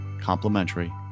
complimentary